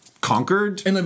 conquered